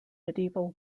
medieval